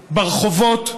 ברחובות.